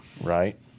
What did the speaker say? Right